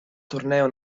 torneo